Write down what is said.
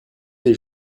des